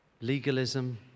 legalism